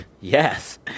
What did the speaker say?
Yes